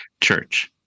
Church